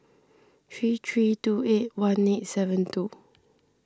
three three two eight one eight seven two